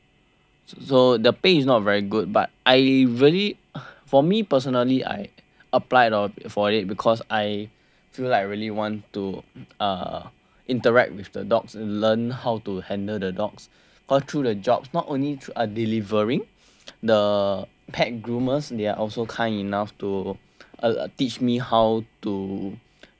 so the pay is not very good but I really for me personally I applied for it because I feel like I really want to uh interact with the dogs and learn how to handle the dogs cause through the jobs not only are delivering the pet groomers they are also kind enough to uh teach me how to take care of the dogs